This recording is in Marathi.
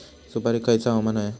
सुपरिक खयचा हवामान होया?